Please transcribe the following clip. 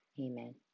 amen